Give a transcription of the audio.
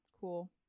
Cool